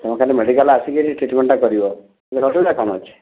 ତୁମେ ଖାଲି ମେଡିକାଲ୍ ଆସିକରି ଟ୍ରିଟ୍ମେଣ୍ଟ୍ଟା କରିବ ସେଥିରେ ଅସୁବିଧା କ'ଣ ଅଛି